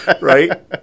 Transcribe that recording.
right